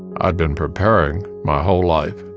i'd been preparing my whole life,